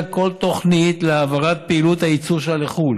כל תוכנית להעברת פעילות הייצור שלה לחו"ל,